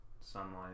sunlight